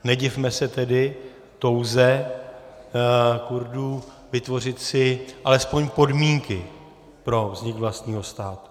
Nedivme se tedy touze Kurdů vytvořit si alespoň podmínky pro vznik vlastního státu.